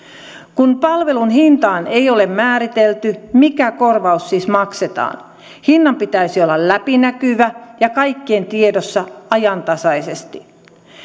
kun palvelun hintaa ei ole määritelty mikä korvaus siis maksetaan hinnan pitäisi olla läpinäkyvä ja kaikkien tiedossa ajantasaisesti